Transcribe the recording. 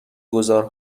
گذار